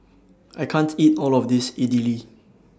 I can't eat All of This Idili